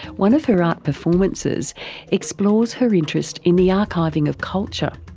one of her art performances explores her interest in the archiving of culture.